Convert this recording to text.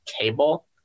cable